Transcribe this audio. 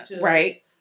Right